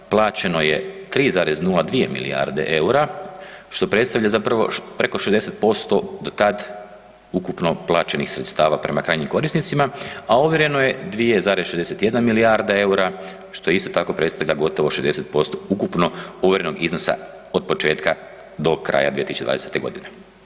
Plaćeno je 3,02 milijarde EUR-a što predstavlja zapravo preko 60% do tad ukupno plaćenih sredstava prema krajnjim korisnicima, a ovjereno je 2,61 milijarda EUR-a što isto tako predstavlja gotovo 60% ukupno ovjerenog iznosa od početka do kraja 2020. godine.